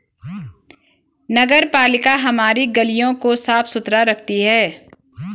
नगरपालिका हमारी गलियों को साफ़ सुथरा रखती है